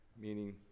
meaning